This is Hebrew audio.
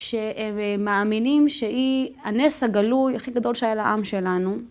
שמאמינים שהיא הנס הגלוי הכי גדול שהיה לעם שלנו.